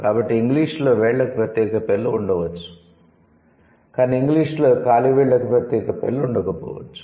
కాబట్టి ఇంగ్లీషులో వేళ్ళకు ప్రత్యేక పేర్లు ఉండవచ్చు కానీ ఇంగ్లీష్ లో కాలి వేళ్ళకు ప్రత్యేక పేర్లు ఉండకపోవచ్చు